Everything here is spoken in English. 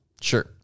Sure